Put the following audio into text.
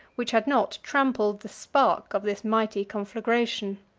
which had not trampled the spark of this mighty conflagration.